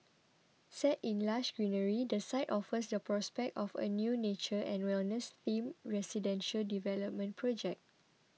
set in lush greenery the site offers the prospect of a new nature and wellness themed residential development project